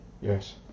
Yes